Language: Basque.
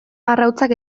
arrautzak